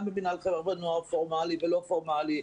גם במינהל חברה ונוער פורמלי ולא פורמלי,